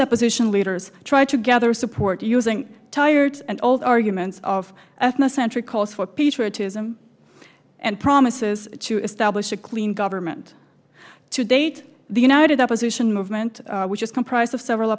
opposition leaders try to gather support using tired and old arguments of ethnocentric cause for peter to them and promises to establish a clean government to date the united opposition movement which is comprised of several